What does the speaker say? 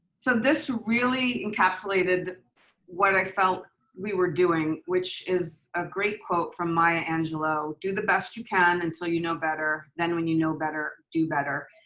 so this really encapsulated what i felt we were doing, which is a great quote from maya angelou, do the best you can until you know better, than when you know better do better.